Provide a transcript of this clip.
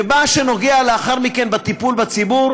ומה שנוגע לאחר מכן בטיפול בציבור